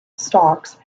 stalks